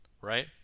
right